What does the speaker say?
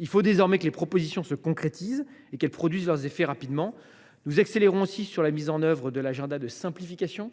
Il faut désormais que les propositions se concrétisent et qu’elles produisent leurs effets rapidement. Nous accélérons aussi la mise en œuvre de l’agenda de simplification,